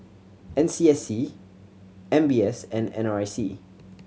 N S C S M B S and N R I C